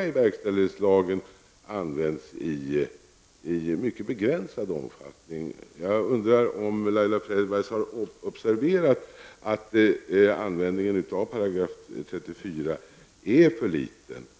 § i verkställighetslagen används i mycket begränsad omfattning. Jag undrar om Laila Freivalds har observerat att 34 § används i för liten omfattning?